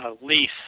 lease